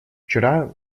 вчера